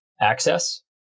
access